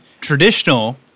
traditional